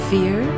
Fear